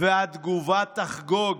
והתגובה תחגוג?